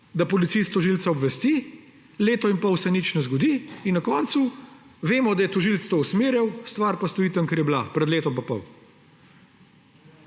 da policist tožilca obvesti, leto in pol se nič ne zgodi in na koncu vemo, da je tožilec to usmerjal, stvar pa stoji tam, kjer je bila pred letom in pol.